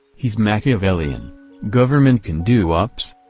he's machiavellian government can do ups?